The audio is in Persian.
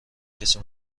کسی